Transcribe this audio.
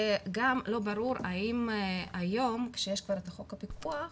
וגם לא ברור האם היום, כשיש כבר את חוק הפיקוח,